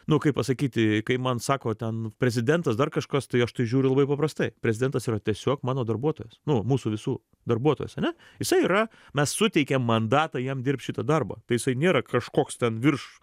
nu kaip pasakyti kai man sako ten prezidentas dar kažkas tai aš tai žiūriu labai paprastai prezidentas yra tiesiog mano darbuotojas nu mūsų visų darbuotojas ane jisai yra mes suteikėm mandatą jam dirbt šitą darbą tai isai nėra kažkoks ten virš